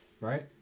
right